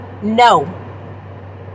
No